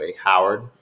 Howard